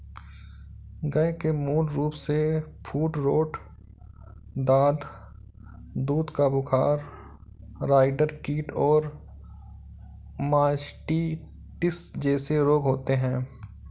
गय के मूल रूपसे फूटरोट, दाद, दूध का बुखार, राईडर कीट और मास्टिटिस जेसे रोग होते हें